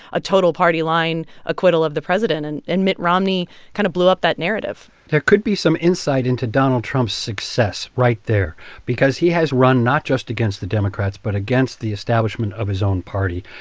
a total party-line acquittal of the president. and and mitt romney kind of blew up that narrative there could be some insight into donald trump's success right there because he has run not just against the democrats but against the establishment of his own party.